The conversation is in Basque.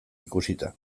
ikusita